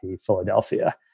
Philadelphia